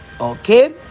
okay